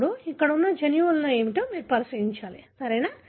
ఇప్పుడు ఇక్కడ ఉన్న జన్యువులు ఏమిటో మీరు పరిశీలించాలి సరేనా